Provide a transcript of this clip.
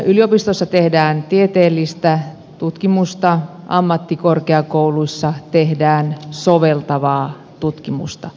yliopistoissa tehdään tieteellistä tutkimusta ammattikorkeakouluissa tehdään soveltavaa tutkimusta